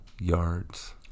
yards